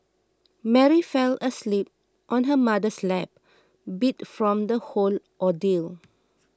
Mary fell asleep on her mother's lap beat from the whole ordeal